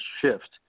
shift